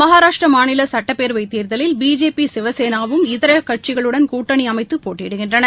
மகாராஷ்டிரா மாநில சுட்டப்பேரவைத் தேர்தலில் பிஜேபி சிவசேனா வும் இதர கட்சிகளுடன் கூட்டணி அமைத்து போட்டியிடுகின்றன